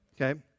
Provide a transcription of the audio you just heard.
okay